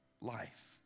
life